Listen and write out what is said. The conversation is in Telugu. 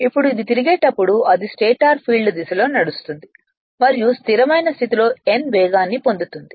ఇప్పుడు అది తిరిగేటప్పుడు అది స్టేటర్ ఫీల్డ్ దిశలో నడుస్తుంది మరియు స్థిరమైన స్థితిలో n వేగాన్ని పొందుతుంది